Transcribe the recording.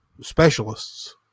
specialists